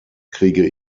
kriege